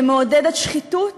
שמעודדת שחיתות